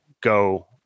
go